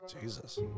Jesus